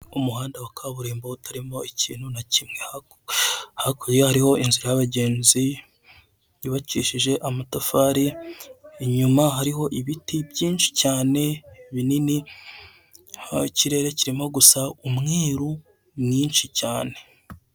Umuhanda wa kaburimbo utarimo ikintu na kimwe hakurya hariho inzira y'abagenzi yubakishije amatafari, inyuma hariho ibiti byinshi cyane binini, ikirere kirimo gusa umweru mwinshi cyane.